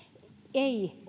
ei